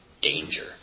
danger